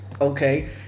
Okay